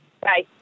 Bye